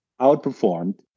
outperformed